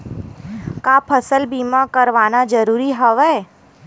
का फसल बीमा करवाना ज़रूरी हवय?